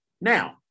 Now